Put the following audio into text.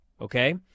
okay